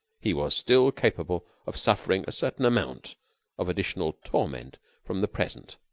he was still capable of suffering a certain amount of additional torment from the present